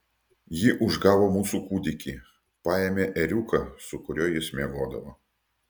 ji užgavo mūsų kūdikį paėmė ėriuką su kuriuo jis miegodavo